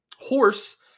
Horse